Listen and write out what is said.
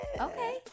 Okay